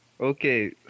Okay